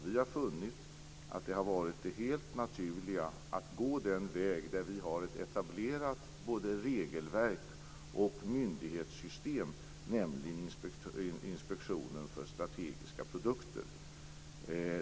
Vi har funnit att det naturliga har varit att gå den väg där vi har etablerat både ett regelverk och ett myndighetssystem, nämligen Inspektionen för strategiska produkter.